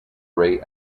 ray